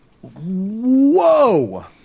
whoa